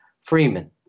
Freeman